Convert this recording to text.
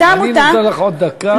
אותה עמותה, אני נותן לך עוד דקה.